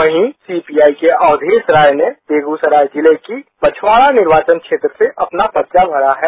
वहीं सीपीआई के अवधेश राय ने बेगूसराय जिले की बछवाड़ा निर्वाचन क्षेत्र अपना पर्चा भरा है